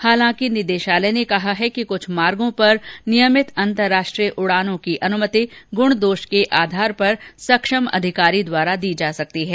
हालांकि निदेशालय ने कहा है कि कुछ मागोँ पर नियमित अंतर्राष्ट्रीय उडानों की अनुमति गुण दोष के आधार पर सक्षम अधिकारी द्वारा दी जा सकती है